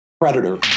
Predator